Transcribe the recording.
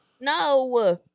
no